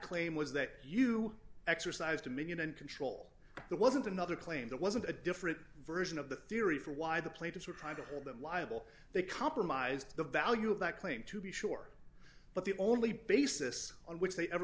claim was that you exercise dominion and control there wasn't another claim that wasn't a different version of the theory for why the plaintiffs were trying to hold them liable they compromised the value of that claim to be sure but the only basis on which they ever